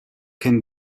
kennen